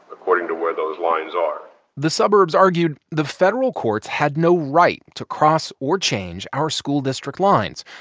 according to where those lines are the suburbs argued, the federal courts had no right to cross or change our school district lines,